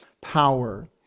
power